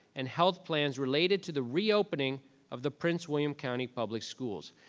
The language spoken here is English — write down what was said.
and health plans related to the reopening of the prince william county public schools.